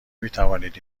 میتوانید